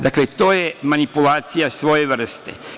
Dakle, to je manipulacija svoje vrste.